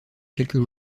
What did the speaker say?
quelques